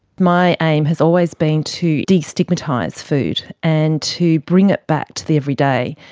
my aim has always been to de-stigmatise food, and to bring it back to the everyday.